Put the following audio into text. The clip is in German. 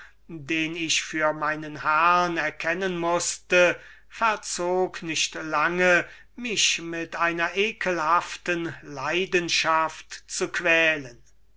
den ich für meinen herrn erkennen mußte verzog nicht lange mich mit einer ekelhaften leidenschaft zu quälen